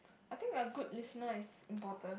I think a good listener is important